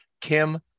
Kim